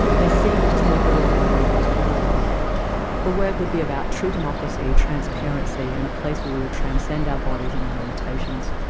they seemed to make the world available to everyone the web would be about true democracy, transparency, and a place where we would transcend our bodies and their limitations.